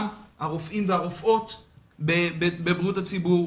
גם הרופאים והרופאות בבריאות הציבור,